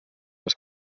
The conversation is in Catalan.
les